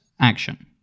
action